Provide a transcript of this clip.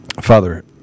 Father